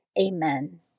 Amen